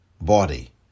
body